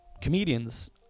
comedians